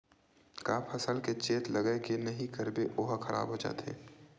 का फसल के चेत लगय के नहीं करबे ओहा खराब हो जाथे?